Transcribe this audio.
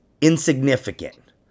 insignificant